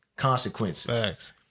consequences